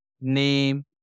name